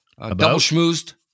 double-schmoozed